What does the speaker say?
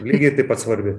lygiai taip pat svarbi